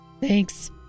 Thanks